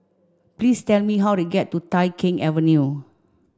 please tell me how to get to Tai Keng Avenue